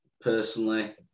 personally